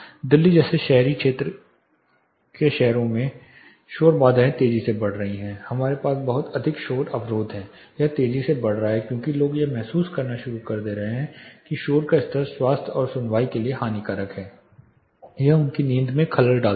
दिल्ली जैसे शहरी क्षेत्र के शहरों में शोर बाधाएं तेजी से बढ़ रही हैं हमारे पास बहुत अधिक शोर अवरोध हैं यह तेजी से बढ़ रहा है क्योंकि लोग यह महसूस करना शुरू कर देते हैं कि शोर का स्तर स्वास्थ्य और सुनवाई के लिए हानिकारक है यह उनकी नींद में खलल डालता है